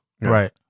Right